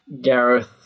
Gareth